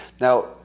Now